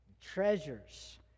treasures